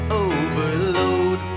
overload